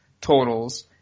totals